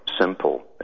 simple